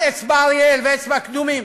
על אצבע-אריאל ואצבע-קדומים,